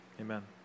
amen